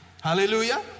Hallelujah